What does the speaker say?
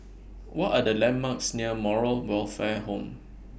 What Are The landmarks near Moral Welfare Home